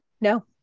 No